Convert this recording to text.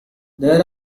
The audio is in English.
there